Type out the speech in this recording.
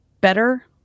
better